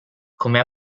come